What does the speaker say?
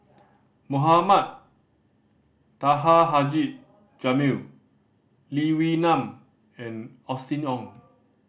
Mohamed Taha Haji Jamil Lee Wee Nam and Austen Ong